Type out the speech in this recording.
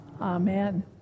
Amen